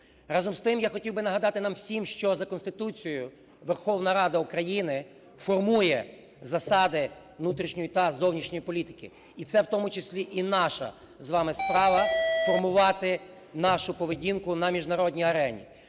Разом з тим, я хотів би нагадати нам всім, що за Конституцією Верховна Рада України формує засади внутрішньої та зовнішньої політики. І це в тому числі і наша з вами справа – формувати нашу поведінку на міжнародній арені.